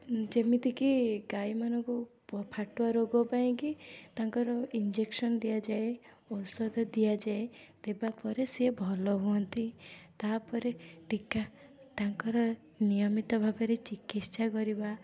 ଯେମିତିକି ଗାଈମାନଙ୍କୁ ପ ଫାଟୁଆ ରୋଗ ପାଇଁକି ତାଙ୍କର ଇଞ୍ଜେକସନ୍ ଦିଆଯାଏ ଔଷଧ ଦିଆଯାଏ ଦେବାପରେ ସିଏ ଭଲ ହୁଅନ୍ତି ତା'ପରେ ଟିକା ତାଙ୍କର ନିୟମିତ ଭାବରେ ଚିକିତ୍ସା କରିବା